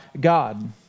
God